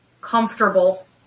comfortable